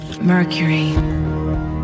Mercury